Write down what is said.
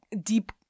deep